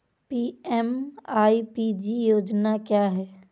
PMEPG योजना क्या है?